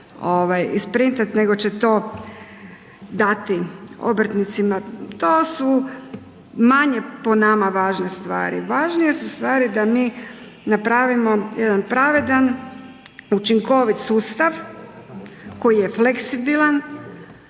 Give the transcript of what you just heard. isprintati nego će to dati obrtnicima. To su manje po nama važne stvari. Važnije su stvari da mi napravimo jedan pravedan, učinkovit sustav koji je fleksibilan